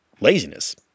laziness